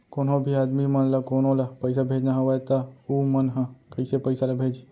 कोन्हों भी आदमी मन ला कोनो ला पइसा भेजना हवय त उ मन ह कइसे पइसा ला भेजही?